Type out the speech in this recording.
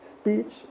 speech